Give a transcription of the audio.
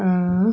uh